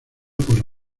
por